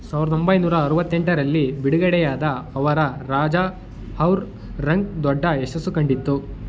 ಸಾವಿರದ ಒಂಬೈನೂರ ಅರುವತ್ತೆಂಟರಲ್ಲಿ ಬಿಡುಗಡೆಯಾದ ಅವರ ರಾಜಾ ಔರ್ ರಂಕ್ ದೊಡ್ಡ ಯಶಸ್ಸು ಕಂಡಿತ್ತು